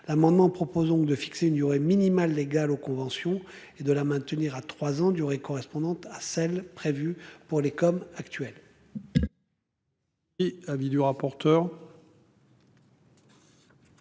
l'amendement proposant de fixer une durée minimale légale aux conventions et de la maintenir à trois ans durée correspondant à celles prévues pour les comme actuel. Et avis du rapporteur.